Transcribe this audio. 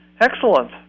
Excellent